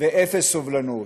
ואפס סובלנות.